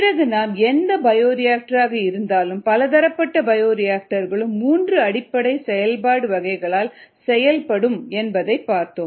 பிறகு நாம் எந்த பயோரியாக்டர் ஆக இருந்தாலும் பலதரப்பட்ட பயோரிஆக்டர்களும் மூன்று அடிப்படை செயல்பாடு வகைகளால் செயல்படும் என்பதைப் பார்த்தோம்